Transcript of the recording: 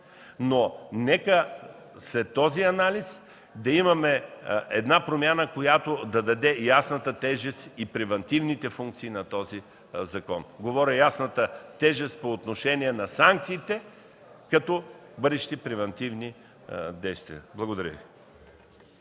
Но нека след този анализ да имаме една промяна, която да даде ясната тежест и превантивните функции на този закон. Казвам ясната тежест по отношение на санкциите като бъдещи превантивни действия. Благодаря.